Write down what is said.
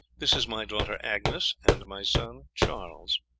this is my daughter agnes, and my son charles.